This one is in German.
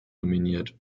nominiert